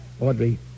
Audrey